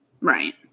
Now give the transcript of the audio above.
Right